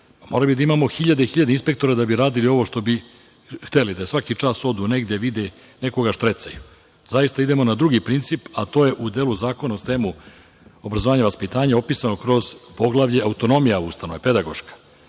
Morali bi da imamo hiljade i hiljade inspektora da bi radili ovo što bi hteli, da svaki čas odu negde, vide i nekog štrecaju. Zaista idemo na drugi princip, a to je u delu Zakona o STEM-u obrazovanja i vaspitanja opisano kroz poglavlje - autonomija ustanove, pedagoška,